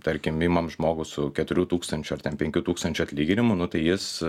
tarkim imam žmogų su keturių tūkstančių ar ten penkių tūkstančių atlyginimu nu tai jis